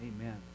Amen